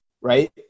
right